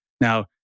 Now